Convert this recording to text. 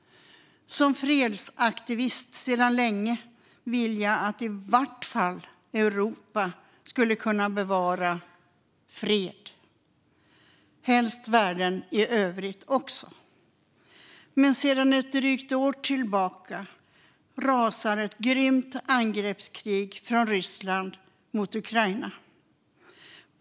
Som fredsaktivist sedan länge vill jag att i vart fall Europa skulle kunna bevara fred, helst världen i övrigt också. Men sedan ett drygt år tillbaka rasar ett grymt angreppskrig från Ryssland mot Ukraina.